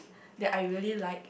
that I really like